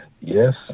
yes